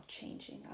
changing